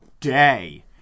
day